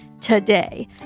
today